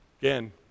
Again